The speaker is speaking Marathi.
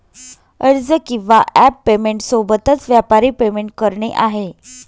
अर्ज किंवा ॲप पेमेंट सोबतच, व्यापारी पेमेंट करणे आहे